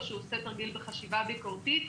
או שהוא עושה תרגיל בחשיבה ביקורתית,